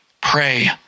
Pray